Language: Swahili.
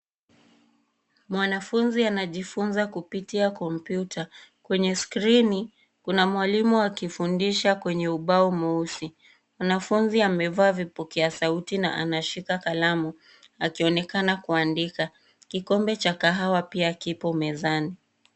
Mwanafunzi anajifunza kutumia kompyuta. Kwenye skrini kuna mwalimu akifundisha kwenye ubao mweusi, wanafunzi amevaa vipokea sauti na anashika kalamu akionekana kuandika. Kikombe cha kahawa pia kiko mezani.